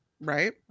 Right